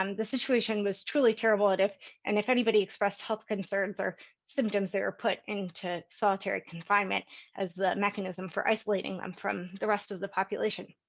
um the situation was truly terrible. and if and if anybody expressed health concerns or symptoms, they were put into solitary confinement as the mechanism for isolating them from the rest of the population.